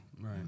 Right